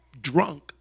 drunk